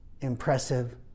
impressive